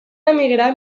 emigrar